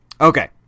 Okay